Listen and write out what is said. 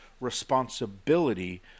responsibility